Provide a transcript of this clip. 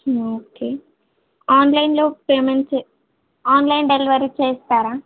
okay ఆన్లైన్లో payment చే online delivery చేస్తారా